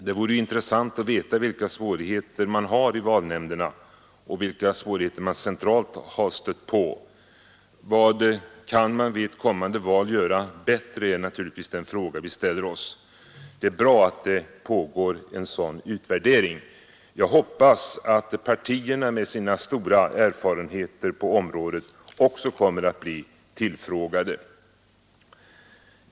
Det vore intressant att veta vilka svårigheter man har haft i valnämnderna och vilka svårigheter man centralt har stött på. Den fråga vi ställer oss är naturligtvis: Vad kan man vid ett kommande val göra bättre? Det är bra att det pågår en sådan utvärdering. Jag hoppas att partierna med sin stora erfarenhet på området även kommer att bli tillfrågade.